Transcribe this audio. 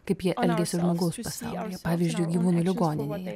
kaip jie elgiasi žmogaus pasaulyje pavyzdžiui gyvūnų ligoninėje